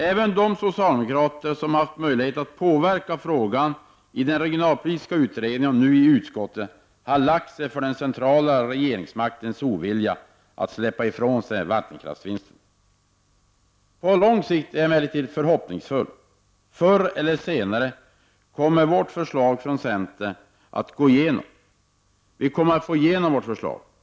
Även de socialdemokrater som haft möjlighet att påverka detta i regionalpolitiska utredningen och nu i utskottet har lagt sig för den centrala regeringsmaktens ovilja att släppa ifrån sig vattenkraftsvinsterna. På lång sikt är jag emellertid förhoppningsfull. Förr eller senare kommer vi i centern att få igenom vårt förslag.